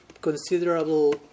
considerable